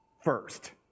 first